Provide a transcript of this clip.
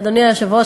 אדוני היושב-ראש,